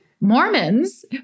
Mormons